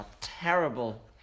terrible